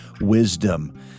wisdom